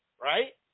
right